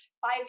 Five